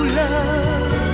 love